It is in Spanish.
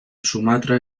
sumatra